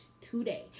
today